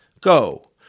go